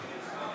הצעת